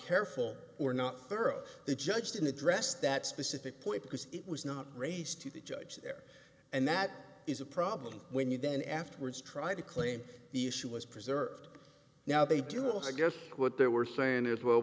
careful or not thorough the judge didn't address that specific point because it was not raised to the judge there and that is a problem when you then after words tried to claim the issue was preserved now they do i guess what they were saying is well